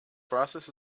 process